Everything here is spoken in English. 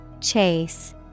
Chase